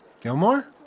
Gilmore